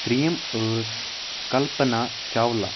ترٛیٚیِم ٲس کَلپَنا چاولہ